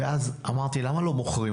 ואז אמרתי, למה לא מוכרים?